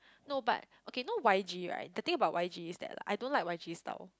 no but okay know Y_G right the thing about Y_G is that lah I don't like Y_G style